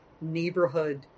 neighborhood